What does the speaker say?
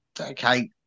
okay